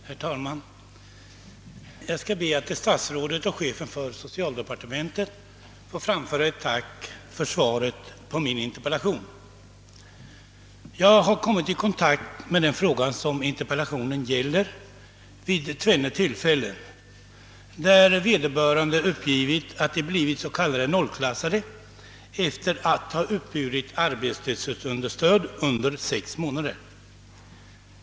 Herr talman! Jag skall be att till statsrådet och chefen för socialdepartementet få framföra ett tack för svaret på min interpellation. Jag har kommit i kontakt med den fråga som tas upp i interpellationen vid tvenne tillfällen, där vederbörande uppgivit att de blivit nollklassade i sjukförsäkringen sedan de uppburit arbetslöshetsunderstöd i sex månader.